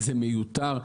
זה מיותר.